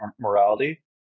morality